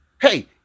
Hey